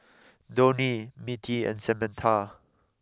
Donie Mittie and Samantha